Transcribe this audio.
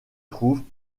trouvent